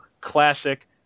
classic